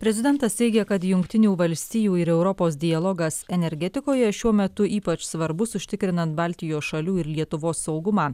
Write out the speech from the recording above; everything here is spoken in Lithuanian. prezidentas teigia kad jungtinių valstijų ir europos dialogas energetikoje šiuo metu ypač svarbus užtikrinant baltijos šalių ir lietuvos saugumą